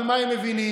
אבל מה הם מבינים?